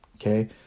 Okay